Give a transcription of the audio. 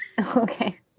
Okay